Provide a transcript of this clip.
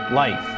life,